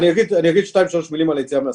אגיד מספר מלים על היציאה מהסגר.